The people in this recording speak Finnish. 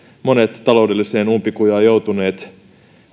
monet taloudelliseen umpikujaan joutuneet